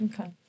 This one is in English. Okay